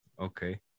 Okay